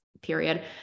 period